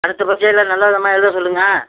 அடுத்த பரிட்சையில நல்ல விதமாக எழுத சொல்லுங்கள்